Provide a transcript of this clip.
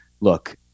look